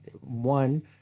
one